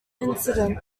incident